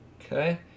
Okay